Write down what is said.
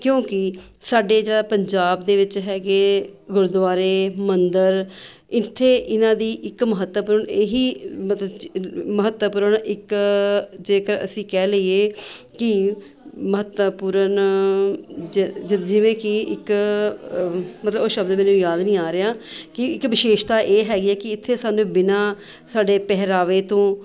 ਕਿਉਂਕਿ ਸਾਡੇ ਜਿਹੜਾ ਪੰਜਾਬ ਦੇ ਵਿੱਚ ਹੈਗੇ ਗੁਰਦੁਆਰੇ ਮੰਦਰ ਇੱਥੇ ਇਹਨਾਂ ਦੀ ਇੱਕ ਮਹੱਤਵਪੂਰਨ ਇਹੀ ਮਤਲਬ ਚ ਮਹੱਤਵਪੂਰਨ ਇੱਕ ਜੇਕਰ ਅਸੀਂ ਕਹਿ ਲਈਏ ਕਿ ਮਹੱਤਵਪੂਰਨ ਜ ਜ ਜਿਵੇਂ ਕਿ ਇੱਕ ਮਤਲਬ ਉਹ ਸ਼ਬਦ ਮੈਨੂੰ ਯਾਦ ਨਹੀਂ ਆ ਰਿਹਾ ਕਿ ਇੱਕ ਵਿਸ਼ੇਸ਼ਤਾ ਇਹ ਹੈਗੀ ਹੈ ਕਿ ਇੱਥੇ ਸਾਨੂੰ ਬਿਨਾਂ ਸਾਡੇ ਪਹਿਰਾਵੇ ਤੋਂ